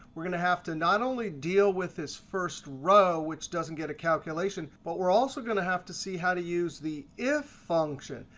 we're going to have to not only deal with this first row, which doesn't get a calculation, but we're also going to have to see how to use the if function.